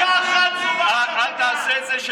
(חבר הכנסת מיקי לוי יוצא מאולם המליאה.) אל תעשה את זה,